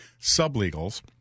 sublegals